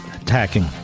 attacking